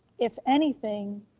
if anything,